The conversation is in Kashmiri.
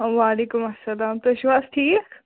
وَعلیکُم اَسَلام تُہۍ چھُو حظ ٹھیٖک